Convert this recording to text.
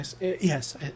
Yes